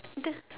that